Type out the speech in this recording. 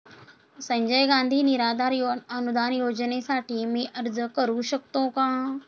संजय गांधी निराधार अनुदान योजनेसाठी मी अर्ज करू शकतो का?